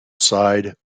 side